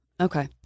Okay